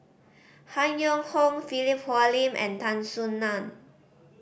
Han Yong Hong Philip Hoalim and Tan Soo Nan